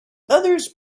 others